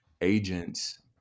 agents